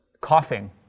coughing